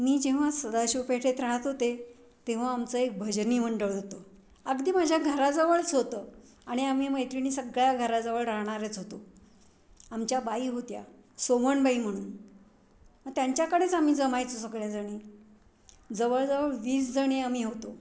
मी जेव्हा सदाशिव पेठेत राहत होते तेव्हा आमचं एक भजनी मंडळ होतं अगदी माझ्या घराजवळच होतं आणि आम्ही मैत्रिणी सगळ्या घराजवळ राहणारच होतो आमच्या बाई होत्या सोमणबाई म्हणून त्यांच्याकडेच आम्ही जमायचो सगळ्याजणी जवळजवळ वीस जणी आम्ही होतो